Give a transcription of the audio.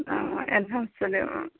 অ এডভান্সটো